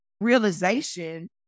realization